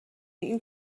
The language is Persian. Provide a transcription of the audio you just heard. این